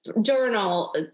journal